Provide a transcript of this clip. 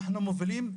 אנחנו מובילים,